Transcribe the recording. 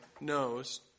knows